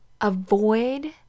Avoid